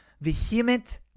vehement